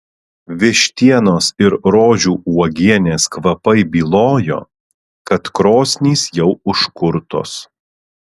vištienos ir rožių uogienės kvapai bylojo kad krosnys jau užkurtos